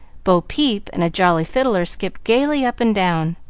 bo-peep and a jolly fiddler skipped gayly up and down.